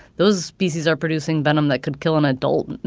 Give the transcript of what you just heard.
those species are producing venom that could kill an adult, and